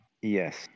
Yes